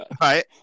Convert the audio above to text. right